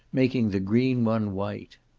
making the green one white.